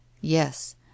Yes